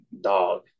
dog